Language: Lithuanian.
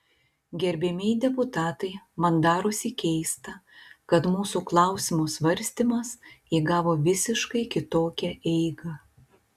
gerbiamieji deputatai man darosi keista kad mūsų klausimo svarstymas įgavo visiškai kitokią eigą